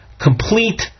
Complete